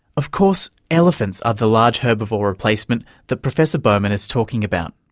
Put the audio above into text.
of course elephants are the large herbivore replacement that professor bowman is talking about.